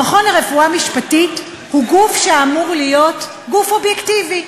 המכון לרפואה משפטית הוא גוף שאמור להיות גוף אובייקטיבי.